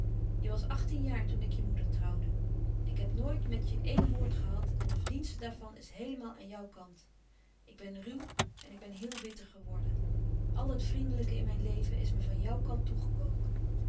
je was achttien jaar toen ik je moeder trouwde ik heb nooit met je één woord gehad en de verdienste daarvan is heelemaal aan jou kant ik ben ruw en ik ben heel bitter geworden al het vriendelijke in mijn leven is me van jou kant toegekomen